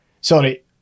sorry